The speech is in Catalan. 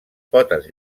potes